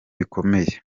bikomeye